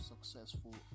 successful